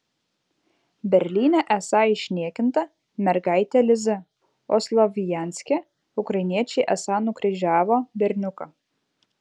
berlyne esą išniekinta mergaitė liza o slovjanske ukrainiečiai esą nukryžiavo berniuką